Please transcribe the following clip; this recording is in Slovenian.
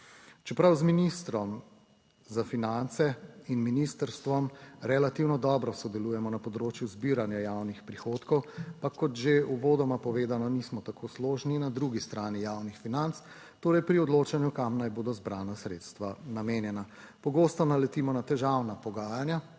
Čeprav z ministrom za finance in ministrstvom relativno dobro sodelujemo na področju zbiranja javnih prihodkov, pa kot že uvodoma povedano, nismo tako složni na drugi strani javnih financ, torej pri odločanju, kam naj bodo zbrana sredstva namenjena. Pogosto naletimo na težavna pogajanja